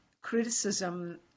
criticism